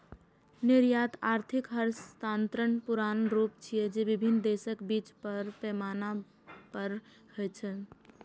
निर्यात आर्थिक हस्तांतरणक पुरान रूप छियै, जे विभिन्न देशक बीच बड़ पैमाना पर होइ छै